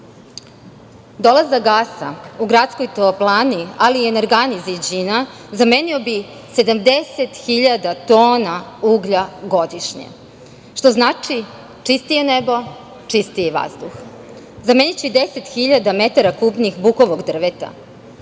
gasa u gradskoj toplani, ali i energani „Ziđina“ zamenio bi 70.000 tona uglja godišnje, što znači – čistije nebo, čistiji vazduh. Zameniće i 10.000 metara kubnih bukovog drveta.